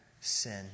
sin